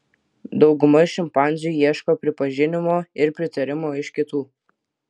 dauguma šimpanzių ieško pripažinimo ir pritarimo iš kitų